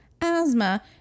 asthma